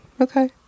Okay